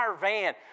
van